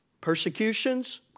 Persecutions